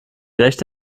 recht